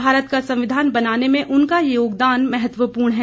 भारत का संविधान बनाने में उनका योगदान महत्वपूर्ण है